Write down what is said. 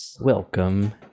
Welcome